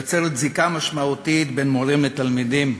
יוצרת זיקה משמעותית בין מורים לתלמידים,